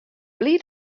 bliid